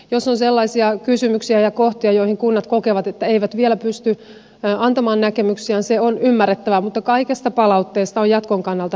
jos on sellaisia kysymyksiä ja kohtia joihin kunnat kokevat että eivät vielä pysty antamaan näkemyksiään se on ymmärrettävää mutta kaikesta palautteesta on jatkon kannalta hyötyä